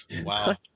Wow